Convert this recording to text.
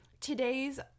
today's